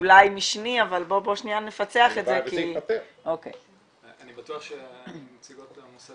אולי משני אבל בואו שנייה נפצח את זה כי -- אני בטוח שנציגות המוסד